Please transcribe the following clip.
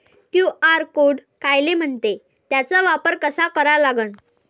QR code कायले म्हनते, त्याचा वापर कसा करा लागन?